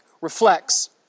reflects